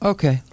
Okay